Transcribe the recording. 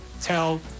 tell